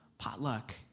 potluck